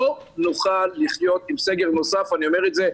לא נוכל לחיות עם סגר נוסף, אני אומר את זה.